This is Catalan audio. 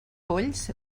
polls